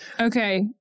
Okay